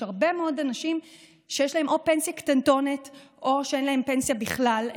יש הרבה מאוד אנשים שאו שיש להם פנסיה קטנטונת או שאין להם פנסיה בכלל,